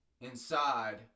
inside